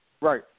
Right